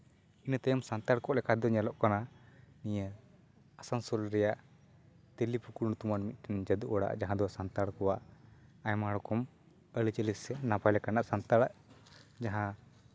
ᱤᱱᱟᱹ ᱛᱟᱭᱚᱢ ᱥᱟᱱᱛᱟᱲ ᱠᱚ ᱞᱮᱠᱟ ᱛᱮᱫᱚ ᱧᱮᱞᱚᱜ ᱠᱟᱱᱟ ᱱᱤᱭᱟᱹ ᱟᱥᱟᱱᱥᱳᱞ ᱨᱮᱭᱟᱜ ᱛᱤᱞᱤ ᱯᱩᱠᱷᱩᱨ ᱧᱩᱛᱩᱢᱟᱱ ᱢᱤᱫᱴᱟᱝ ᱡᱟ ᱫᱩ ᱚᱲᱟᱜ ᱡᱟᱦᱟᱸ ᱫᱚ ᱥᱟᱱᱛᱟᱲ ᱠᱚᱣᱟᱜ ᱟᱭᱢᱟ ᱨᱚᱠᱚᱢ ᱟᱹᱨᱤᱪᱟᱹᱞᱤ ᱥᱮ ᱱᱟᱯᱟᱭ ᱞᱮᱠᱟᱱᱟᱜ ᱥᱟᱱᱛᱟᱲᱟᱜ ᱡᱟᱦᱟᱸ